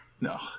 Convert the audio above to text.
No